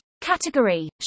Category